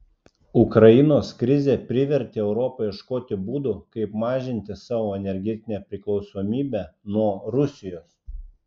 ukrainos krizė privertė europą ieškoti būdų kaip mažinti savo energetinę priklausomybę nuo rusijos